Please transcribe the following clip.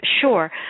Sure